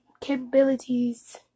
capabilities